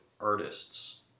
artists